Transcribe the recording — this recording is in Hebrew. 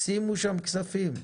שימו שם כספים.